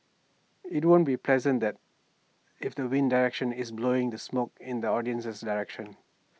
IT won't be pleasant that if the wind direction is blowing the smoke in the audience's direction